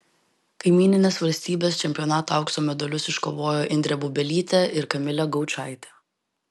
kaimyninės valstybės čempionato aukso medalius iškovojo indrė bubelytė ir kamilė gaučaitė